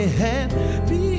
happy